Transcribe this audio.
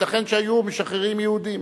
ייתכן שהיו משחררים יהודים.